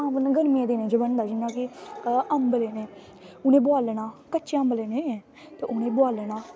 गर्मियें दे दिनें च बनदा जियां कि अम्ब लैने उनेंगी बोआलना कच्चे अम्ब लैने उनेंगी बोआलना